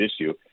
issue